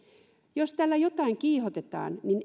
jos tällä jotain kiihotetaan niin